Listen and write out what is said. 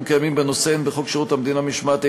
הקיימים בנושא הן בחוק שירות המדינה (משמעת),